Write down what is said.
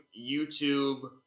YouTube